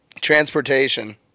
Transportation